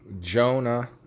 Jonah